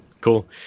cool